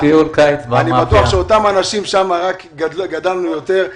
יהיו שם אותם אנשים אלא שגדלנו יותר.